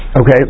Okay